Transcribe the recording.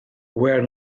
where